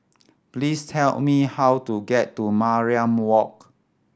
please tell me how to get to Mariam Walk